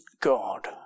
God